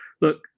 look